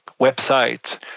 website